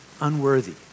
unworthy